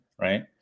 right